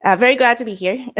ah very glad to be here.